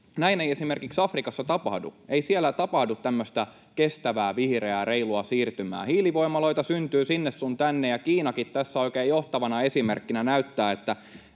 näin ei esimerkiksi Afrikassa tapahdu, ei siellä tapahdu tämmöistä kestävää, vihreää, reilua siirtymää. Hiilivoimaloita syntyy sinne sun tänne, Kiinakin tässä oikein johtavana esimerkkinä näyttää, että